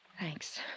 Thanks